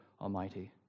almighty